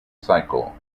cycle